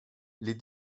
les